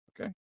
okay